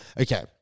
okay